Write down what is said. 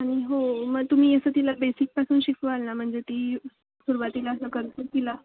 आणि हो मग तुम्ही असं तिला बेसिकपासून शिकवाल ना म्हणजे ती सुरवातीला असं करतो तिला